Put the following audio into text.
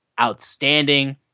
outstanding